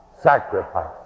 Sacrifice